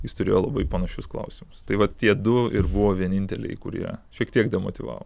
jis turėjo labai panašius klausimus tai vat tie du ir buvo vieninteliai kurie šiek tiek demotyvavo